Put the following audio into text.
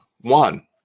one